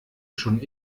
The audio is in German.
schon